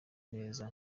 neza